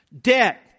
debt